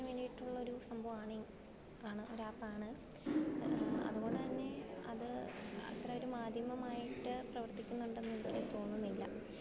വേണ്ടിയിട്ടുള്ളൊരു സംഭവമാണീ ഒരാപ്പാണ് അതു പോലെ തന്നെ അത് അത്ര ഒരു മാധ്യമമായിട്ട് പ്രവർത്തിക്കുന്നുണ്ടെന്നുള്ളതായി തോന്നുന്നില്ല